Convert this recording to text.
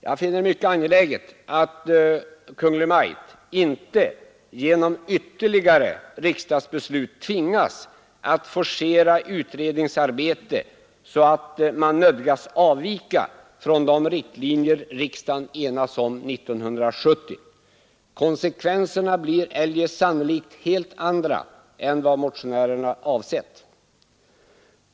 Jag finner det mycket angeläget att Kungl. Maj:t inte genom ytterligare riksdagsbeslut tvingas att forcera utredningsarbetet, så att man nödgas avvika från de riktlinjer riksdagen enades om 1970. Konsekvenserna blir eljest sannolikt helt andra än vad motionärerna avsett.